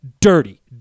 dirty